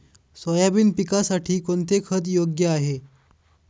Soybean पिकासाठी कोणते खत योग्य आहे?